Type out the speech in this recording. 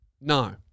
No